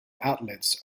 outlets